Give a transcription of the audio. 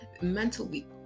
mentally